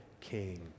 king